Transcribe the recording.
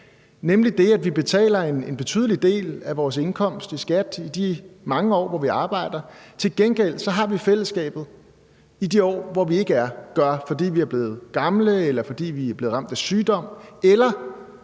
nemlig det, at vi betaler en betydelig del af vores indkomst i skat i de mange år, hvor vi arbejder, for så til gengæld at have et fællesskabet i de år, hvor vi ikke gør, fordi vi er blevet gamle, fordi vi er blevet ramt af sygdom, eller